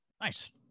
Nice